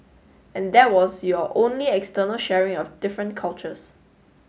and that was your only external sharing of different cultures